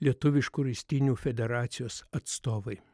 lietuviškų ristynių federacijos atstovai